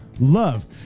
love